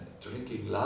drinking